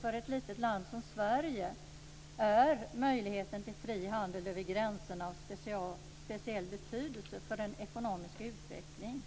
För ett litet land som Sverige är naturligtvis möjligheten till fri handel över gränserna av speciell betydelse för den ekonomiska utvecklingen.